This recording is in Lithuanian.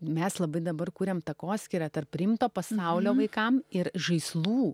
mes labai dabar kuriam takoskyrą tarp rimto pasaulio vaikam ir žaislų